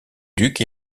duc